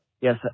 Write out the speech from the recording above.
yes